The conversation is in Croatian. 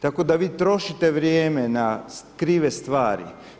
Tako da vi trošite vrijeme na krive stvari.